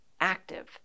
active